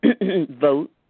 vote